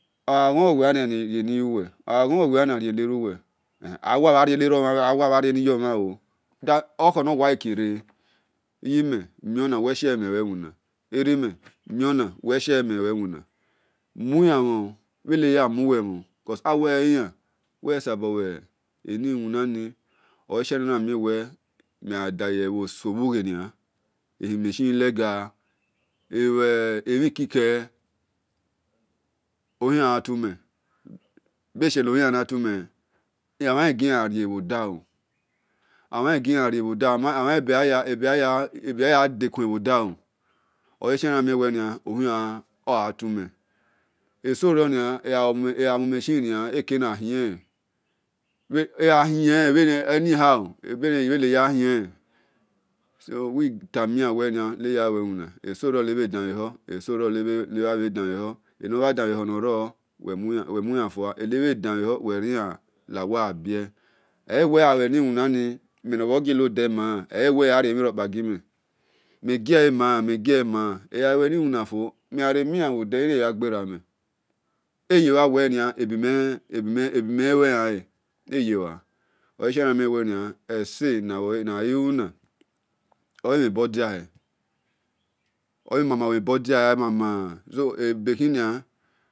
Rie myuwe, agha ghowe, uwelkhran narie neruwe uwe airien yomhan, aiwe arieni eronihan iyimen miona uwe ghie men lue iwiren mugan mhon bhe beya nu mu lue mhon cos awe eyiyon uwiyan sabolueni wina ni oleshie mhe gha dagi ebho eso ughenoa ehin machine lega, elue emhin keke ohinyan gha tumen emhalegiyan riebhoda lo, amhan lebiya khain dekue bhodalo ole ghie obiyan na tume ebho eso ronia ekena mui inachi ne ekena hienlen egha hielen anyhow so we tamiiya laya lue iwina, esoro nebhede mhehor, esaro nebhe danmhe ho, eso ronemhan demhe hor, ene mhan damhe ho mor roni nue muyan fua enehedan mhe hor uwe riya laowo bhe inhme guele maiyan, meghan re lueniwi na fo irio eya gberame eye lua we ebi mhe lueyan he oleshie ese nabho ghilu ele na oghina ke ebodiahe, oghi mama mhebio doahe so ebekhinia